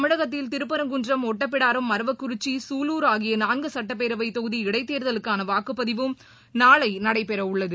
தமிழகத்தில் திருப்பரங்குன்றம் ஓட்டபிடாரம் அரவக்குறிச்சி சூலூர் ஆகிய நான்கு சட்டப்பேரவை தொகுதி இடைத்தேர்தலுக்கான வாக்குப்பதிவும் நாளை நடைபெறவுள்ளது